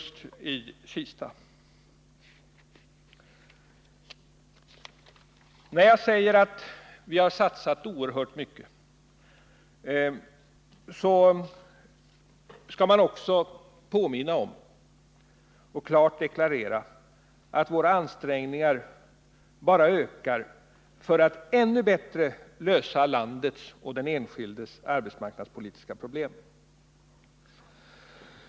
61 När jag säger att vi har satsat oerhört mycket, då vill jag också påminna om och klart deklarera att våra ansträngningar bara ökar för att vi ännu bättre skall kunna lösa landets och den enskildes arbetsmarknadspolitiska problem.